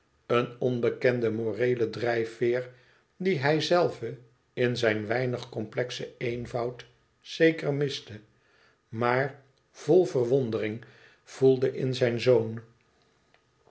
een onbekende moreele drijveer die hijzelve in zijn weinig complexen eenvoud zeker miste maar vol verwondering voelde in zijn zoon